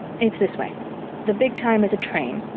it's this way the big time is a train,